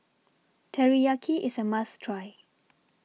Teriyaki IS A must Try